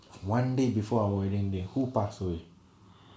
one day before our wedding day who pass away